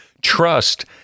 Trust